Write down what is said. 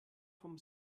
vom